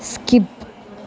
skip